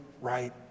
right